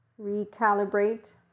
recalibrate